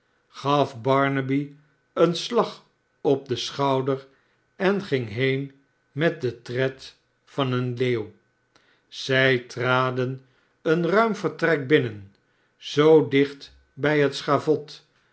gaf barnaby een slag op den schouder en ging heen met den tred van een leeuw zij traden een ruim vertrek binnen zoo dicht bij het schavot